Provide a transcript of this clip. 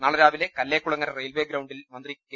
നാളെ രാവിലെ കല്ലേക്കുളങ്ങര റെയിൽവേ ഗ്രൌണ്ടിൽ മന്ത്രി കെ